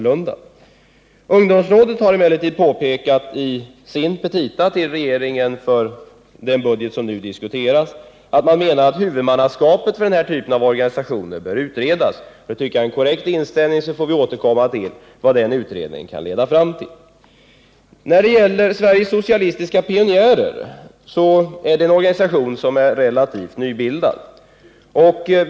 Ungdomsrådet har emellertid, i sina petita för den budget som nu diskuteras, påpekat att huvudmannaskapet för denna typ av organisationer bör utredas. Det tycker jag är en korrekt inställning, och så får vi återkomma till vad utredningen kan leda fram till. När det gäller Sveriges socialistiska pionjärer, så är det en organisation som är relativt nybildad.